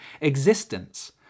existence